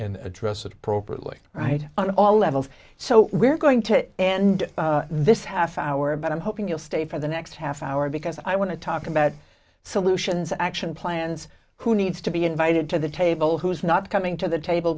address it appropriately right on all levels so we're going to and this half hour but i'm hoping you'll stay for the next half hour because i want to talk about solutions action plans who needs to be invited to the table who's not coming to the table